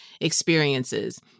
experiences